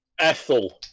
Ethel